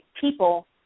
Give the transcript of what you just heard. people